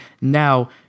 Now